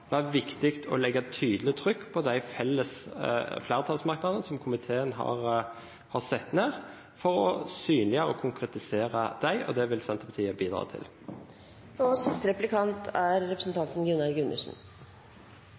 framover være viktig å legge tydelig trykk på de flertallsmerknadene som komiteen har satt ned, for å synliggjøre og konkretisere dem, og det vil Senterpartiet bidra til.